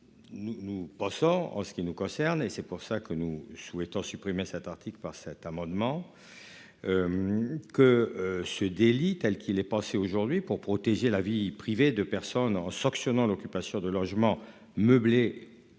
nous pensons. Ce qui nous concerne et c'est pour ça que nous souhaitons supprimer cet article par cet amendement. Que ce délit telle qu'il est passé aujourd'hui pour protéger la vie privée de personnes en sanctionnant l'occupation de logements meublés